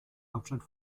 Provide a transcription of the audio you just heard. hauptstadt